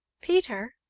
peter?